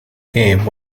game